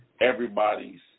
everybody's